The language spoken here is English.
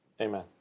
Amen